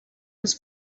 this